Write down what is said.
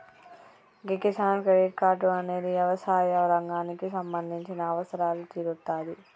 గీ Kisan credit card అనేది యవసాయ రంగానికి సంబంధించిన అవసరాలు తీరుత్తాది